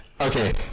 Okay